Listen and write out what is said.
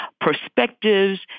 perspectives